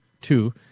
two